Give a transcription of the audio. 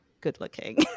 good-looking